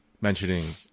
mentioning